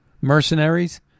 mercenaries